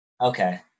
Okay